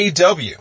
AW